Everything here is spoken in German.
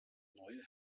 neue